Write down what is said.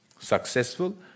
successful